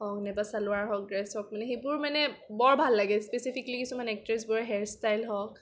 হওক নাইবা চেলোৱাৰ হওক ড্ৰেছ হওক সেইবোৰ মানে বৰ ভাল লাগে স্পেছিফিকেলি কিছুমান একট্ৰেছবোৰৰ হেয়াৰ ষ্টাইল হওক